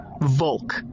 Volk